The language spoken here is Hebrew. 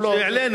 הוא לא, שהעלינו.